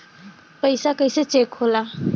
पैसा कइसे चेक होला?